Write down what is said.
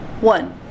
One